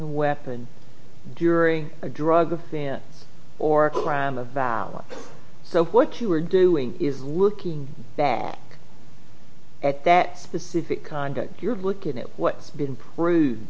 the weapon during a drug offense or a crime of violence so what you are doing is looking back at that specific conduct you're looking at what's been proved